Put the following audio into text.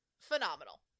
Phenomenal